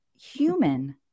human